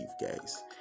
guys